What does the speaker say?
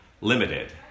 limited